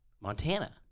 Montana